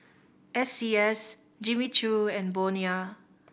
S C S Jimmy Choo and Bonia